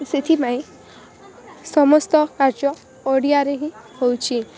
ସେଥିପାଇଁ ସମସ୍ତ କାର୍ଯ୍ୟ ଓଡ଼ିଆରେ ହିଁ ହେଉଛି